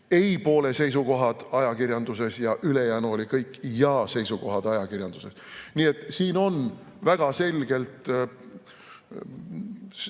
ei-poole seisukohad ajakirjanduses ja ülejäänu oli kõik jaa‑seisukohad ajakirjanduses. Nii et siin on väga selgelt